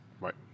Right